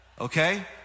Okay